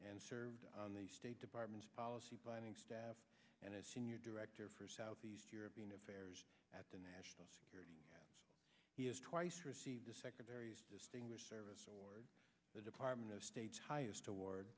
and served on the state department's policy binding staff and as senior director for southeast european affairs at the national security he has twice received the secretary's distinguished service award the department of state's highest award